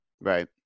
Right